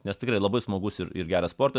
nes tikrai labai smagus ir ir geras sportas